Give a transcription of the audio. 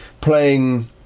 playing